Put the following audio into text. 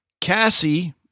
Cassie